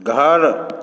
घर